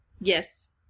Yes